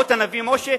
או את הנביא משה,